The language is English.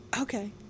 Okay